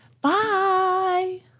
bye